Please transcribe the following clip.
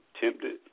tempted